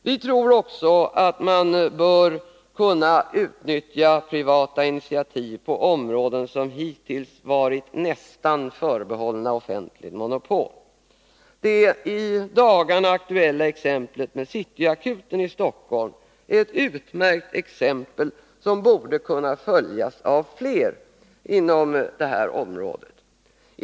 Vi tror också att man bör kunna utnyttja privata initiativ på områden som hittills varit nästan förbehållna offentligt monopol. Det i dagarna aktuella exemplet med City Akuten i Stockholm är ett utmärkt exempel, som borde kunna följas av fler inom det här området.